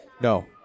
No